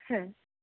হ্যাঁ